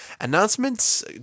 announcements